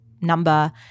number